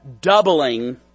doubling